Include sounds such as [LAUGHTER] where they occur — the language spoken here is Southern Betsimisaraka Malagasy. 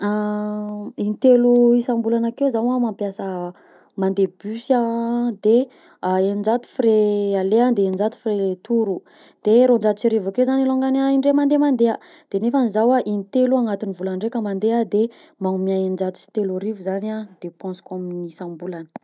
[HESITATION] Intelo isambolana akeo zaho a mampiasa mandeha bus a de eninjato frais aller a de eninjato frais retour de roanjato sy arivo akeo zany alongany indray mandeha mandeha de nefa zaho a intelo agnatin'ny volana raiky mandeha de manome eninjato sy telo arivo zany depensiko isam-bolana.